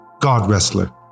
God-wrestler